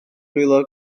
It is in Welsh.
rhywle